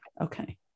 okay